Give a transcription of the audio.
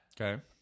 Okay